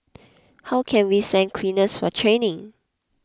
how can we send cleaners for training